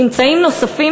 ממצאים נוספים,